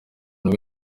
bari